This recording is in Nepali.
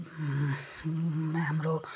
हाम्रो